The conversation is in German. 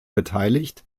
beteiligt